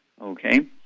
Okay